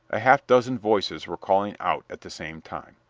a half dozen voices were calling out at the same time.